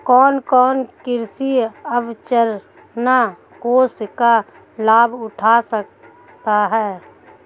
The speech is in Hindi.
कौन कौन कृषि अवसरंचना कोष का लाभ उठा सकता है?